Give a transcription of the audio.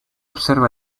observa